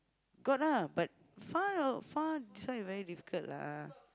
got ah but far far that's why very difficult lah